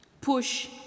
Push